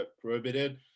prohibited